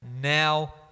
now